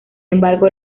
embargo